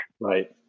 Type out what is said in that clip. Right